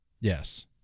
yes